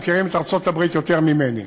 שמכירים את ארצות-הברית יותר ממני.